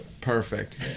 Perfect